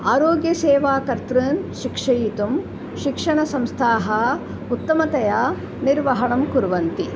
आरोग्यसेवा कर्तृन् शिक्षयितुं शिक्षणसंस्थाः उत्तमतया निर्वहणं कुर्वन्ति